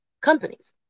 companies